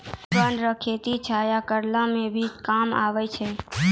वन रो खेती छाया करै मे भी काम आबै छै